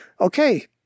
okay